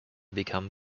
become